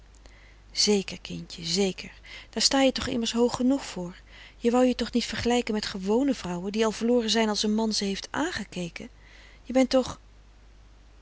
zeker kintje zeker daar sta je toch immers hoog genoeg voor je wou je toch niet vergelijken met gewone vrouwen die al verloren zijn als n man ze heeft angekeken je bent toch